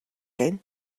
гэнэ